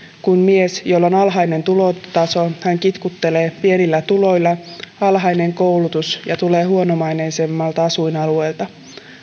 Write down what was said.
kuin mies jolla on alhainen tulotaso hän kitkuttelee pienillä tuloilla hänellä on alhainen koulutus ja hän tulee huonomaineisemmalta asuinalueelta